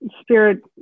spirit